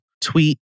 tweet